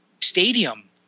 Stadium